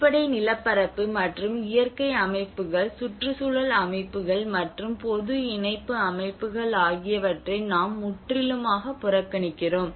அடிப்படை நிலப்பரப்பு மற்றும் இயற்கை அமைப்புகள் சுற்றுச்சூழல் அமைப்புகள் மற்றும் பொது இணைப்பு அமைப்புகள் ஆகியவற்றை நாம் முற்றிலுமாக புறக்கணிக்கிறோம்